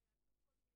זה לא תהליך ארוך.